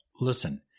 listen